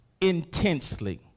intensely